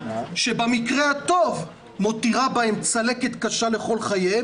שבמקרה הטוב מותירה בהם צלקת קשה לכל חייהם